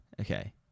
Okay